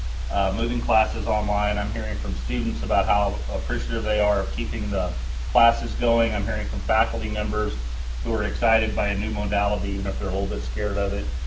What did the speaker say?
moving classes online. i'm hearing from students about how appreciative they are of keeping the classes going. i'm hearing from faculty members who are excited by a new modality, even if they're a little bit scared of it.